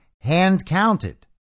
hand-counted